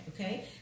okay